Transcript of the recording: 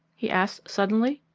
he asked suddenly.